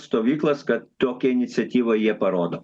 stovyklas kad tokią iniciatyvą jie parodo